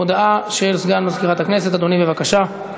הודעה של סגן מזכירת הכנסת, אדוני, בבקשה.